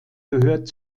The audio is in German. gehört